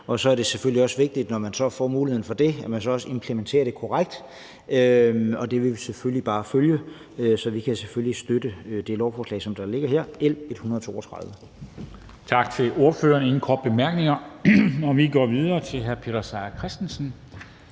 Og så er det vigtigt, at man, når man så får muligheden for det, også implementerer det korrekt. Det vil vi bare følge. Så vi kan selvfølgelig støtte det lovforslag, som ligger her, nemlig